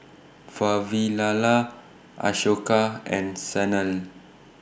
Vavilala Ashoka and Sanal